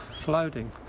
floating